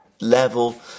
level